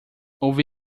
ouvi